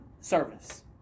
service